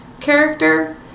character